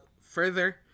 further